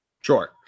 Sure